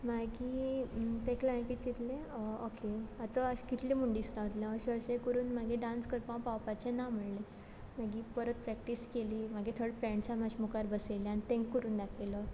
मागीर ताका लागून हांवें कितें चिंतलें ऑके आतां अश कितले म्हूण दीस रावतलें हांव अशें अशें करून मागीर डांस करपा हांव पावपाचें ना म्हळ्ळें मागीर परत प्रॅक्टीस केली मागीर थोड फ्रॅण्सां माश्श मुखार बसयले आन तांकं करून दाखयलो